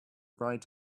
write